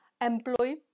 employee